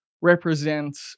represent